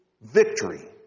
victory